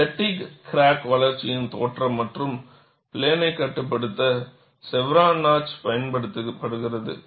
ஃப்பெட்டிக்கிராக் வளர்ச்சியின் தோற்றம் மற்றும் பிளேனை கட்டுப்படுத்த செவ்ரான் நாட்ச் பயன்படுத்தப்படுகிறது